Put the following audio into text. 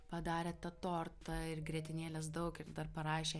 padarė tą tortą ir grietinėlės daug ir dar parašė